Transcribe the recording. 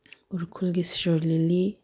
ꯎꯈ꯭ꯔꯨꯜꯒꯤ ꯁꯤꯔꯣꯏ ꯂꯤꯂꯤ